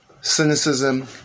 cynicism